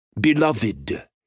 Beloved